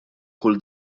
kull